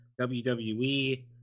WWE